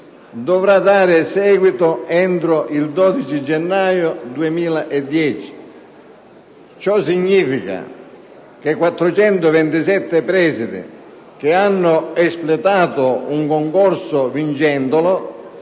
dovrà dare seguito entro il 12 gennaio 2010. Ciò significa che 427 presidi che hanno espletato un concorso - vincendolo